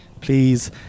please